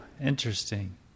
Interesting